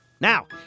Now